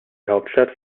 hauptstadt